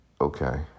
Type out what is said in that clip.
Okay